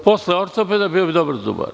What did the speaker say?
Posle ortopeda bio bi dobar zubar.